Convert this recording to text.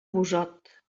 busot